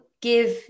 give